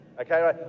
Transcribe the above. Okay